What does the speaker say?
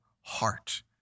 heart